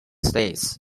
states